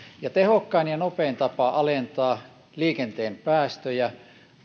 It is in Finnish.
ja tehokkain ja nopein tapa alentaa liikenteen päästöjä